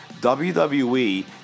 WWE